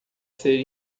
ser